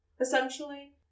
essentially